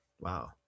Wow